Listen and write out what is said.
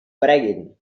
apareguin